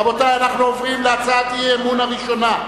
רבותי, אנחנו עוברים להצעת האי-אמון הראשונה,